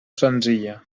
senzilla